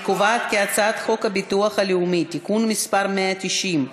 אני קובעת כי הצעת חוק הביטוח הלאומי (תיקון מס' 190),